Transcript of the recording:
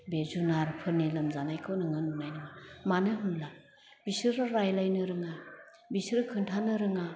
बे जुनारफोरनि लोमजानायखौ नोङो नुनाय नङा मानो होनब्ला बिसोरो रायलाइनो रोङा बिसोर खोन्थानो रोङा